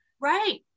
Right